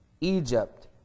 Egypt